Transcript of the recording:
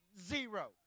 zero